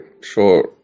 Sure